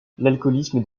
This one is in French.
l’alcoolisme